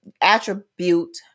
attribute